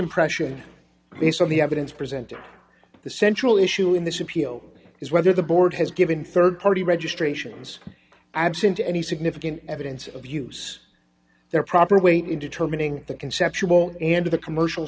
impression based on the evidence presented the central issue in this appeal is whether the board has given rd party registrations absent any significant evidence of use their proper weight in determining the conceptual end of the commercial